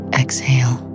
exhale